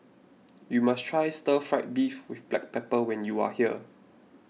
you must try Stir Fried Beef with Black Pepper when you are here